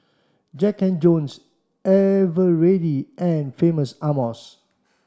Jack and Jones Eveready and Famous Amos